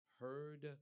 heard